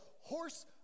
horse